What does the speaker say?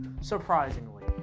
surprisingly